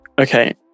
okay